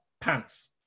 pants